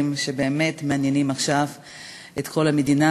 שבאמת מעניינים עכשיו את כל המדינה.